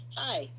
hi